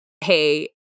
Hey